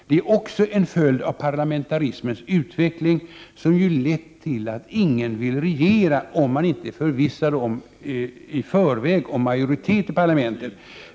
Det är också en följd av parlamentarismens utveckling, som ju lett till att ingen vill regera om man inte i förväg är förvissad om majoritet i parlamentet.